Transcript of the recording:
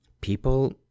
people